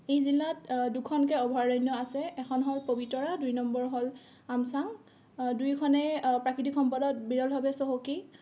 এই জিলাত দুখনকে অভয়াৰণ্য আছে এখন হ'ল পবিতৰা দুই নম্বৰ হ'ল আমচাং দুইখনেই প্ৰাকৃতিক সম্পদত বিৰলভাৱে চহকী